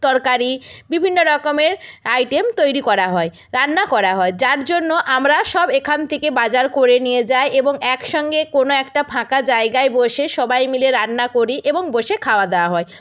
তরকারি বিভিন্ন রকমের আইটেম তৈরি করা হয় রান্না করা হয় যার জন্য আমরা সব এখান থেকে বাজার করে নিয়ে যায় এবং একসঙ্গে কোনোও একটা ফাঁকা জায়গায় বসে সবাই মিলে রান্না করি এবং বসে খাওয়া দাওয়া হয়